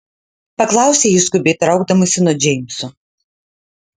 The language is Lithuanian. paklausė ji skubiai traukdamasi nuo džeimso